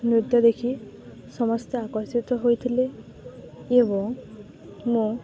ନୃତ୍ୟ ଦେଖି ସମସ୍ତେ ଆକର୍ଷିତ ହୋଇଥିଲେ ଏବଂ ମୁଁ